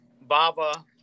Baba